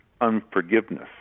unforgiveness